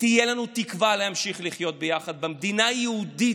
תהיה לנו תקווה להמשיך לחיות ביחד במדינה היהודית.